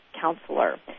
counselor